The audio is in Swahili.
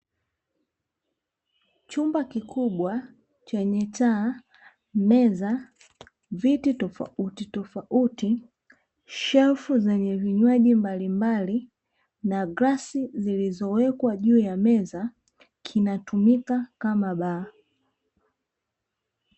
Chumba kikubwa chenye taa, meza, viti tofauti tofauti, shelfu zenye vinywaji mbalimbali na glasi zilizowekwa juu ya meza, kinatumika kama baa.